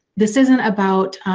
this isn't about